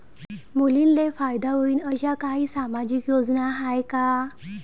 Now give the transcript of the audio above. मुलींले फायदा होईन अशा काही सामाजिक योजना हाय का?